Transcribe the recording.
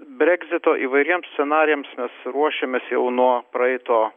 bregzito įvairiems scenarijams mes ruošiamės jau nuo praeito